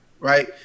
right